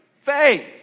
Faith